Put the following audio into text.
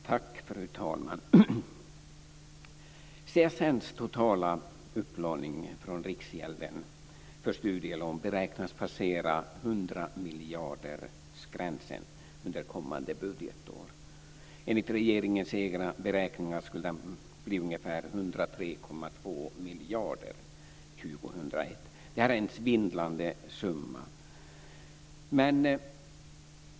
Fru talman! CSN:s totala upplåning från riksgälden för studielån beräknas passera hundramiljardersgränsen under kommande budgetår. Enligt regeringens egna beräkningar skulle den bli ungefär 103,2 miljarder år 2001. Det här är en svindlande summa.